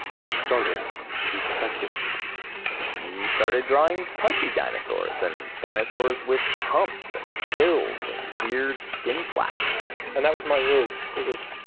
he started to speculate yeah he started drawing pudgy dinosaurs, and dinosaurs with humps and quills and weird skin flaps and that was my rule. it was,